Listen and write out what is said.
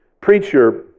preacher